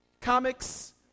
comics